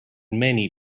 many